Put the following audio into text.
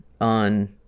on